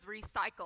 recycled